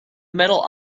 metal